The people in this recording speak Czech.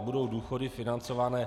Jak budou důchody financované?